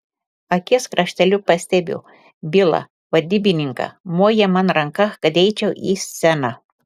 akies krašteliu pastebiu bilą vadybininką moja man ranka kad eičiau į sceną